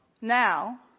Now